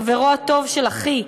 חברו הטוב של אחי,